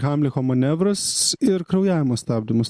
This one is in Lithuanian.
hamliko manevras ir kraujavimo stabdymas